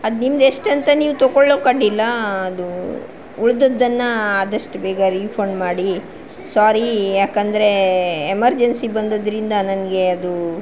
ಅದು ನಿಮ್ದು ಎಷ್ಟಂತ ನೀವು ತೊಗೋಳೋಕ್ ಅಡ್ಡಿಲ್ಲ ಅದು ಉಳಿದದ್ದನ್ನ ಆದಷ್ಟು ಬೇಗ ರೀಫಂಡ್ ಮಾಡಿ ಸಾರೀ ಯಾಕಂದರೆ ಎಮರ್ಜೆನ್ಸಿ ಬಂದದ್ರಿಂದ ನನಗೆ ಅದು